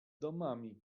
domami